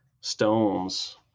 stones